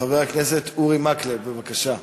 חבר הכנסת אורי מקלב, בבקשה.